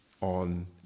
on